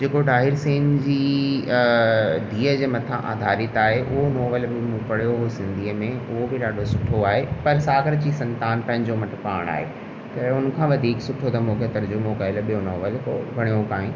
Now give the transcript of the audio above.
जेको ॾाहिर सेन जी धीअ जे मथां अधारित आहे उहो नॉवेल बि मूं पढ़ियो हुओ सिंधीअ में उहो बि ॾाढो सुठो आहे पर सागर जी संतान पंहिंजो मट पाणि आहे त हुनखां वधीक सुठो त मूंखे तर्जुमो कयुल ॿियों नॉवल को वणियो काने